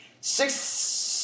six